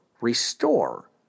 restore